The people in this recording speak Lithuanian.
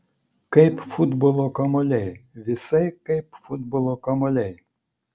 kaip futbolo kamuoliai visai kaip futbolo kamuoliai